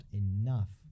enough